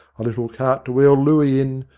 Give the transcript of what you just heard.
a little cart to wheel looey in,